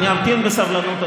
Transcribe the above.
אני אמתין בסבלנות,